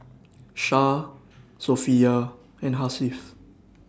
Shah Sofea and Hasif